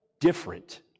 different